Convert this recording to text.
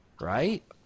right